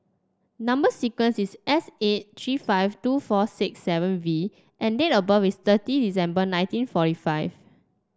number sequence is S eight three five two four six seven V and date of birth is thirty December nineteen forty five